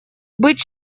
быть